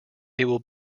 will